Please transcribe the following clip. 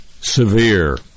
severe